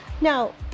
Now